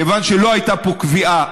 כיוון שלא הייתה פה קביעה,